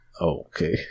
Okay